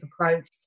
approach